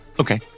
Okay